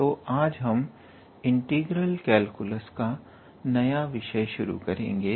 तो आज हम इंटीग्रल कैलकुलस का नया विषय शुरू करेंगे